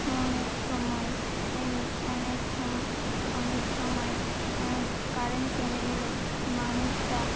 অনেক সময় এই অনেক সম অনেক সময় কারেন চলে গেলে মানুষরা